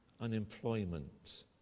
unemployment